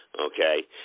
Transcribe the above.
Okay